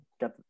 got